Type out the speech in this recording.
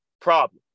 problem